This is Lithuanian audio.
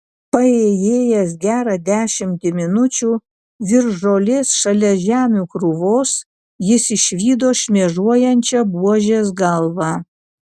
paėjėjęs gerą dešimtį minučių virš žolės šalia žemių krūvos jis išvydo šmėžuojančią buožės galvą